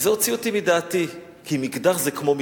וזה הוציא אותי מדעתי, כי מגדר זה כמו מתרס,